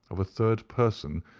of a third person,